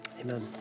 Amen